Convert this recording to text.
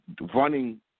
running